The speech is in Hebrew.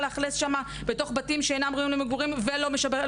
לאכלס שם בתוך בתים שאינם ראויים למגורים ולא משפצים?